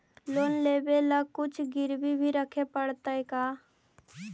Loan लेबे ल कुछ गिरबी भी रखे पड़तै का?